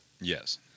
Yes